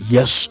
Yes